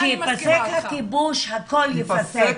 שיפסק הכיבוש, הכול יפסק.